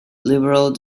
liberal